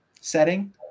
setting